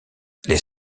les